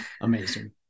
amazing